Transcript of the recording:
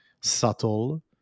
subtle